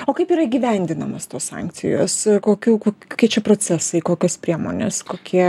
o kaip yra įgyvendinamos tos sankcijos kokių kokie čia procesai kokios priemonės kokie